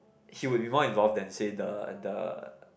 he will involve involve then say the the